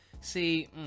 See